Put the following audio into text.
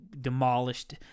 demolished